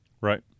Right